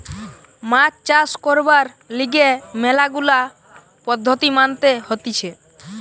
মাছ চাষ করবার লিগে ম্যালা গুলা পদ্ধতি মানতে হতিছে